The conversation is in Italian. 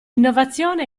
innovazione